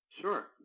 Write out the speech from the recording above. Sure